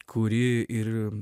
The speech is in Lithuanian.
kuri ir